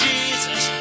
Jesus